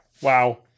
wow